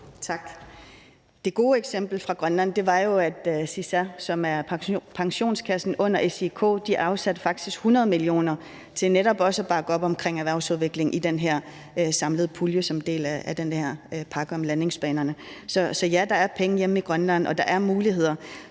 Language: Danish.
Tak. Det gode eksempel fra Grønland var jo, at SISA, som er pensionskassen under SIK, faktisk afsatte 100 mio. kr. til netop at bakke op omkring erhvervsudvikling i den her samlede pulje som en del af den her pakke med landingsbanerne. Så ja, der er penge hjemme i Grønland, og der er muligheder,